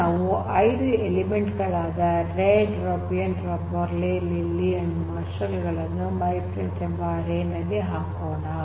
ಈಗ ನಾವು 5 ಎಲಿಮೆಂಟ್ ಗಳಾದ Ted Robyn Barney Lily and Marshall ಗಳನ್ನು myfriends ಎಂಬ ಅರೇ ನಲ್ಲಿ ಹಾಕೋಣ